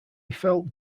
felt